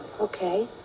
Okay